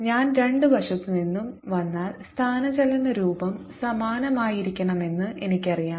ഞാൻ രണ്ട് വശത്തുനിന്നും വന്നാൽ സ്ഥാനചലന രൂപം സമാനമായിരിക്കണമെന്ന് എനിക്കറിയാം